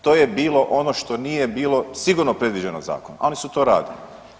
To je bilo ono što nije bilo sigurno predviđeno zakonom, a oni su to radili.